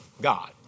God